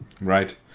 right